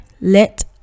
let